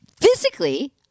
physically